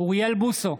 אוריאל בוסו,